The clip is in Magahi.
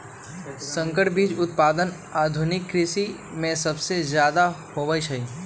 संकर बीज उत्पादन आधुनिक कृषि में सबसे जादे होई छई